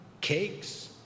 cakes